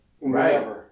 Right